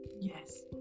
yes